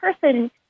person